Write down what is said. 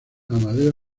amadeo